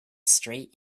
straight